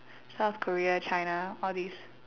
South Korea China all these